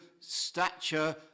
stature